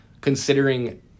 considering